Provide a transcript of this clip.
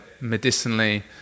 medicinally